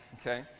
Okay